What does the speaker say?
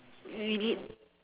read it